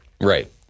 Right